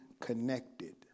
connected